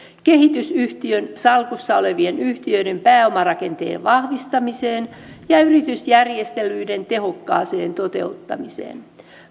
kehitysyhtiön salkussa olevien yhtiöiden pääomarakenteen vahvistamiseen ja yritysjärjestelyiden tehokkaaseen toteuttamiseen